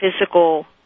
physical